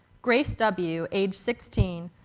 grace w, age sixteen,